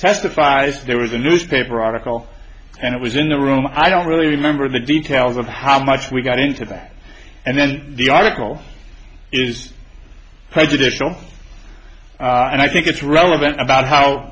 testifies there was a newspaper article and it was in the room i don't really remember the details of how much we got into that and then the article is paid to show and i think it's relevant about how